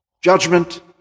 judgment